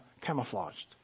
camouflaged